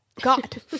god